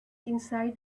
inside